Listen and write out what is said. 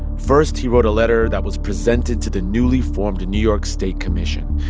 first, he wrote a letter that was presented to the newly formed new york state commission.